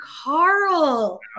Carl